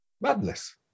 madness